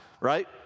right